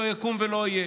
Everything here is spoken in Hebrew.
לא יקום ולא יהיה.